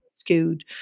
skewed